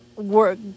work